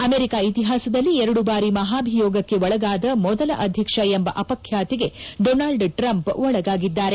America ಇತಿಹಾಸದಲ್ಲಿ ಎರಡು ಬಾರಿ ಮಹಾಭೀಯೋಗಕ್ಕೆ ಒಳಗಾದ ಮೊದಲ ಅಧ್ಯಕ್ಷ ಎಂಬ ಅಪಖ್ಯಾತಿಗೆ ಡೊನಾಲ್ಡ್ ಟ್ರಂಫ್ ಒಳಗಾಗಿದ್ದಾರೆ